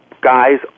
Guys